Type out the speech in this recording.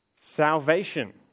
Salvation